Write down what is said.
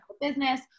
business